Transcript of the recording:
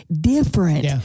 different